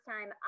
time